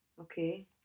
Okay